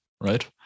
right